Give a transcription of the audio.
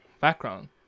background